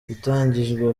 itangijwe